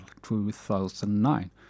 2009